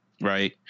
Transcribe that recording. right